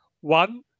one